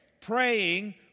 praying